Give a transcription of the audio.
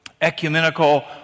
ecumenical